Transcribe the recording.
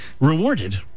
rewarded